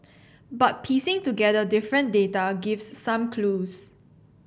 but piecing together different data gives some clues